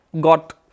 got